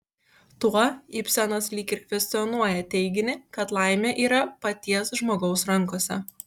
tuo ibsenas lyg ir kvestionuoja teiginį kad laimė yra paties žmogaus rankose